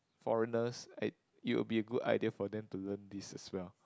foreigners it it would be a good idea for them to learn this as well